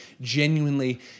genuinely